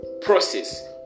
process